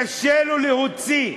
קשה לו להוציא,